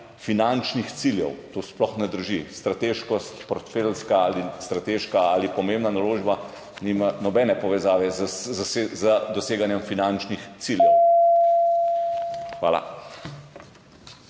finančnih ciljev. To sploh ne drži. Strateškost, portfeljska ali strateška ali pomembna naložba, nima nobene povezave z doseganjem finančnih ciljev. Hvala.